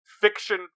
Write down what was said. Fiction